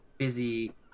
busy